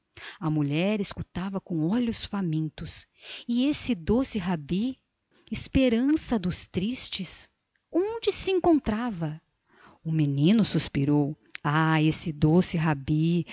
mulher escutava com olhos famintos e esse doce rabi esperança dos tristes onde se encontrava o mendigo suspirou ah esse doce rabi